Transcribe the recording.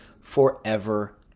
forever